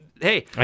hey